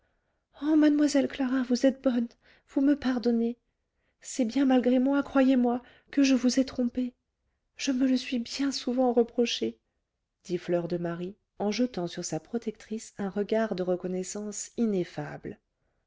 oh mademoiselle clara vous êtes bonne vous me pardonnez c'est bien malgré moi croyez-moi que je vous ai trompée je me le suis bien souvent reproché dit fleur de marie en jetant sur sa protectrice un regard de reconnaissance ineffable